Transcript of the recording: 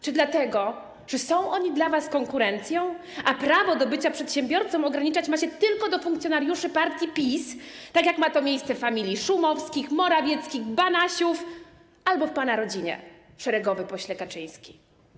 Czy dlatego, że są oni dla was konkurencją, a prawo do bycia przedsiębiorcą ograniczać ma się tylko do funkcjonariuszy partii PiS, tak jak ma to miejsce w familiach Szumowskich, Morawieckich, Banasiów albo w pana rodzinie, szeregowy pośle Kaczyński?